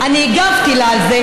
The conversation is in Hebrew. אני הגבתי לה על זה,